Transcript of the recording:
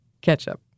Ketchup